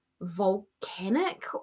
volcanic